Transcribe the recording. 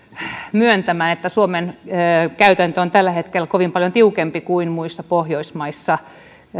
myöntämään että suomen käytäntö on tällä hetkellä kovin paljon tiukempi kuin muissa pohjoismaissa